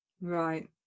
Right